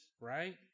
right